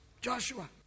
Joshua